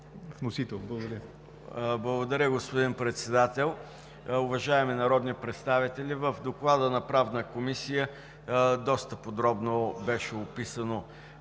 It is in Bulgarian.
Благодаря, господин Председател. Уважаеми народни представители в Доклада на Правната комисия доста подробно беше описано